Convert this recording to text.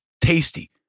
tasty